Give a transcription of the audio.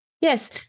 yes